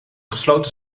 gesloten